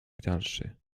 dalszy